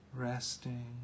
Resting